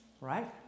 Right